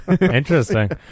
Interesting